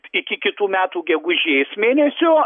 iki kitų metų gegužės mėnesio